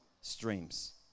streams